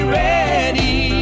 ready